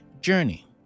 journey